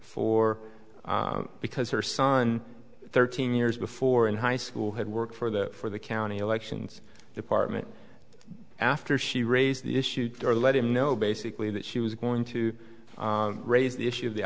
for because her son thirteen years before in high school had worked for the for the county elections department after she raised the issue to let him know basically that she was going to raise the issue